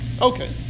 okay